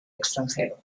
extranjero